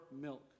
milk